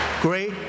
Great